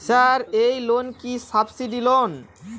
Sir এই loan কি subsidy loan?